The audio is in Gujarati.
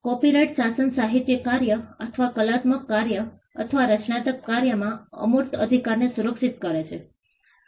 કોપીરાઇટ શાસન સાહિત્યિક કાર્ય અથવા કલાત્મક કાર્ય અથવા રચનાત્મક કાર્યમાં અમૂર્ત અધિકારને સુરક્ષિત કરે છે